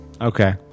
Okay